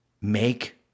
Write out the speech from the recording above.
make